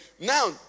Now